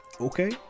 okay